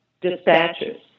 dispatches